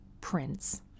prince